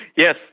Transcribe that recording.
Yes